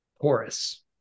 porous